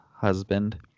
husband